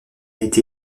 été